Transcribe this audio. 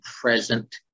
present